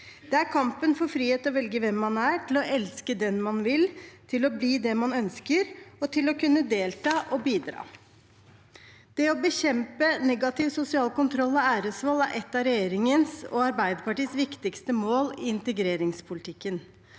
Det er kampen for frihet til å velge hvem man er, til å elske den man vil, til å bli det man ønsker, og til å kunne delta og bidra. Det å bekjempe negativ sosial kontroll og æresvold er et av regjeringens og Arbeiderpartiets viktigste mål i integreringspolitikken,